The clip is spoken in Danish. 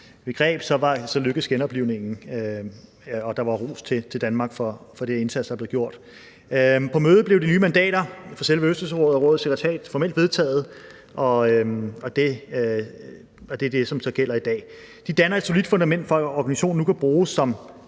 begreb lykkedes genoplivningen, og der var ros til Danmark for den indsats, der er blevet gjort. På mødet blev de nye mandater for selve Østersørådet og rådets sekretariat formelt vedtaget, og det er så det, som gælder i dag. De danner et solidt fundament for, at organisationen nu kan bruges som